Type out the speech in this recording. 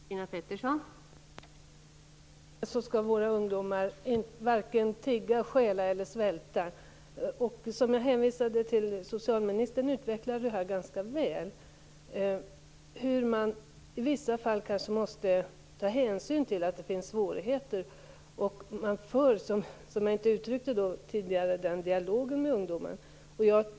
Fru talman! Självfallet skall våra ungdomar varken tigga, stjäla eller svälta. Som jag hänvisade till utvecklade socialministern ganska väl att man i vissa fall kanske måste ta hänsyn till att det blir svårigheter, om man inte för en sådan dialog med ungdomen som jag tidigare inte nämnde.